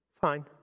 Fine